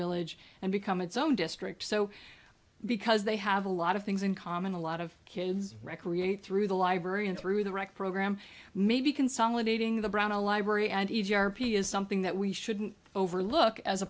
village and become its own district so because they have a lot of things in common a lot of kids recreate through the library and through the right program maybe consolidating the brown a library and easy r p is something that we shouldn't overlook as a